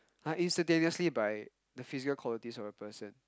!huh! instantaneously by the physical qualities of a person